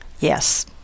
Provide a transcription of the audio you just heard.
Yes